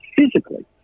physically